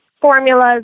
formulas